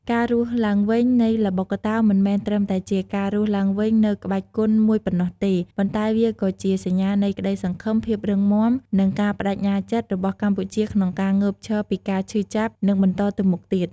ការរស់ឡើងវិញនៃល្បុក្កតោមិនមែនត្រឹមតែជាការរស់ឡើងវិញនូវក្បាច់គុនមួយប៉ុណ្ណោះទេ ប៉ុន្តែវាក៏ជាសញ្ញានៃក្តីសង្ឃឹម ភាពរឹងមាំ និងការប្តេជ្ញាចិត្តរបស់កម្ពុជាក្នុងការងើបឈរពីការឈឺចាប់ និងបន្តទៅមុខទៀត។